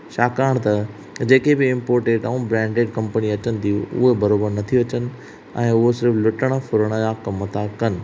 छाकाणि त जेके बि इम्पोर्टेड ऐं ब्रेंडेड कंपनी अचनि थियूं उहो बराबरि नथियूं अचनि ऐं उहो सिर्फ़ लुटण फ़ुरण जा कमु था कनि